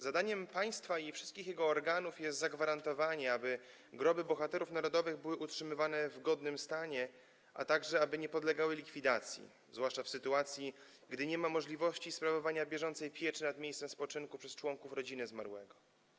Zadaniem państwa i wszystkich jego organów jest zagwarantowanie, aby groby bohaterów narodowych były utrzymywane w godnym stanie, a także by nie podlegały likwidacji, zwłaszcza w sytuacji gdy nie ma możliwości sprawowania bieżącej pieczy nad miejscem spoczynku przez członków rodziny zmarłego.